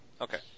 Okay